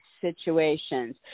situations